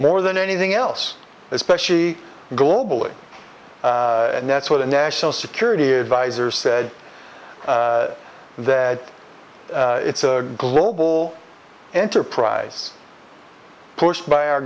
more than anything else especially globally and that's what the national security advisor said that it's a global enterprise pushed by our